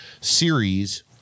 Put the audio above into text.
series